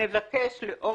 נבקש לאור